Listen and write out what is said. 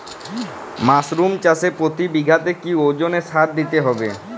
Mushroom চাষে প্রতি বিঘাতে কি ওজনে সার দিতে হবে?